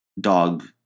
dog